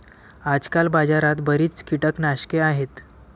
आजकाल बाजारात बरीच कीटकनाशके आहेत